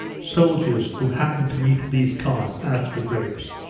soldiers who happened to meet these carts asked for grapes,